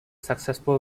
successful